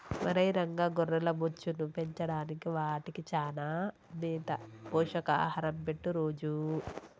ఒరై రంగ గొర్రెల బొచ్చును పెంచడానికి వాటికి చానా మేత పోషక ఆహారం పెట్టు రోజూ